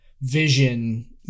Vision